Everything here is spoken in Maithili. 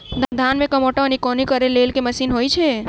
धान मे कमोट वा निकौनी करै लेल केँ मशीन होइ छै?